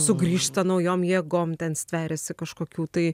sugrįžta naujom jėgom ten stveriasi kažkokių tai